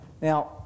Now